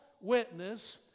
witness